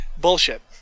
bullshit